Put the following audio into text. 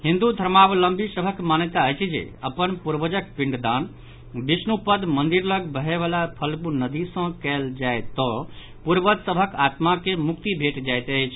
हिन्दू धर्मावलंबी सभक मान्यता अछि जे अपन पूर्वजक पिंडदान विष्णुपद मंदिर लऽग बहयवला फल्गु नदी जल सॅ कयल जाय तऽ पूर्वज सभक आत्मा के मुक्ति भेटि जायत अछि